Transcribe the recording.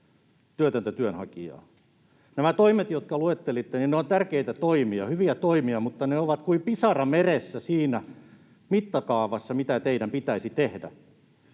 työtöntä työnhakijaa. Nämä toimet, jotka luettelitte, ovat tärkeitä toimia, hyviä toimia, mutta ne ovat kuin pisara meressä siinä mittakaavassa, mitä teidän pitäisi tehdä.